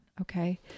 Okay